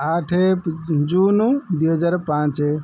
ଆଠ ଜୁନ ଦୁଇହଜାର ପାଞ୍ଚ